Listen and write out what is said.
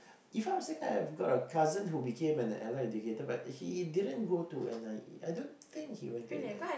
If I'm not mistaken I've got a cousin who became allied educator but he didn't go to N_I_E I don't think he went to N_I_E